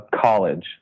college